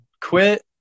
quit